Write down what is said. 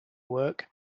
work